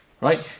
right